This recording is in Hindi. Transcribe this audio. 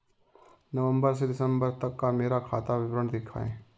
नवंबर से दिसंबर तक का मेरा खाता विवरण दिखाएं?